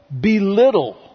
belittle